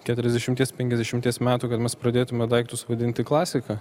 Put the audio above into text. keturiasdešimties penkiasdešimties metų kad mes pradėtume daiktus vadinti klasika